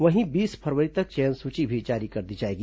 वहीं बीस फरवरी तक चयन सूची भी जारी कर दी जाएगी